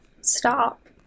Stop